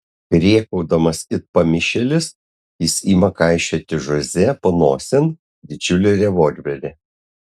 rėkaudamas it pamišėlis jis ima kaišioti žoze panosėn didžiulį revolverį